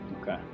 Okay